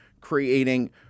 creating